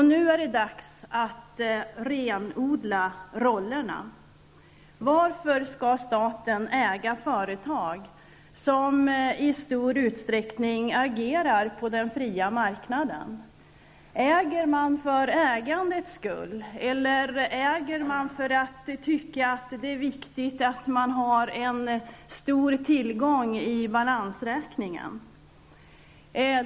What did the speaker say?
Det är nu dags att renodla rollerna. Varför skall staten äga företag som i stor utsträckning agerar på den fria marknaden? Äger man för ägandets skull, eller är det för att man anser att det är viktigt att ha en stor tillgång i balansräkningen?